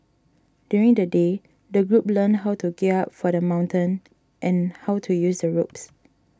during the day the group learnt how to gear up for the mountain and how to use the ropes